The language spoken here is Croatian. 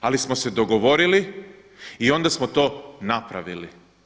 Ali smo se dogovorili i onda smo to napravili.